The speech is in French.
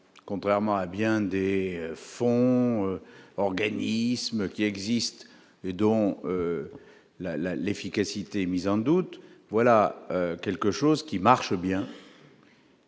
contrairement à bien des fonds, organisme qui existent et dont la l'efficacité est mise en doute, voilà quelque chose qui marche bien.